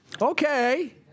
Okay